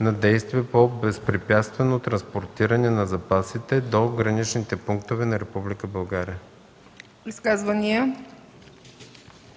на действия по безпрепятствено транспортиране на запасите до граничните пунктове на Република